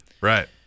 Right